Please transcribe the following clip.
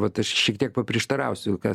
vat aš šiek tiek paprieštarausiu ką